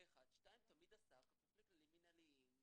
שתיים, תמיד השר כפוף לכללי מנהל.